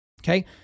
Okay